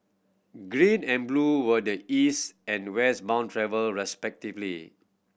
green and blue were the East and West bound travel respectively